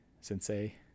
sensei